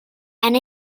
and